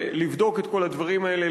ולבדוק את כל הדברים האלה,